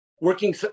working